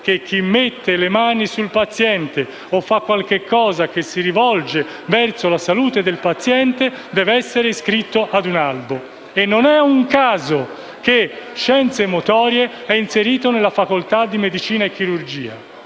chi mette le mani sul paziente o fa qualcosa che si rivolge alla salute del paziente, deve essere iscritto ad un albo, e non è un caso che scienze motorie sia inserita nella facoltà di medicina e chirurgia.